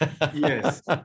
Yes